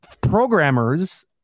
programmers